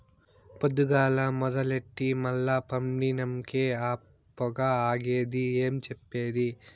పొద్దుగాల మొదలెట్టి మల్ల పండినంకే ఆ పొగ ఆగేది ఏం చెప్పేది